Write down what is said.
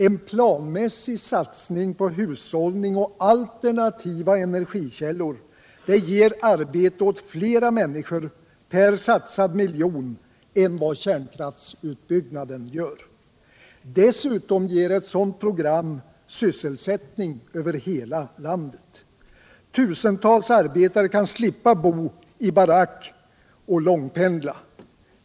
En planmässig satsning på hushållning och alternativa energikällor ger arbete åt flera människor per satsad miljon än vad kärnkraftsutbyggnaden gör. Dessutom ger ett sådant program sysselsättning över hela landet. Tusentals arbetare kan slippa bo i barack och slippa att långpendla.